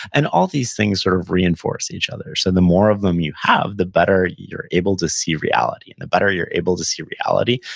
and all these things sort of reinforce each other, so and the more of them you have, the better you're able to see reality, and the better you're able to see reality,